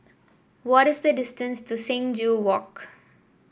what is the distance to Sing Joo Walk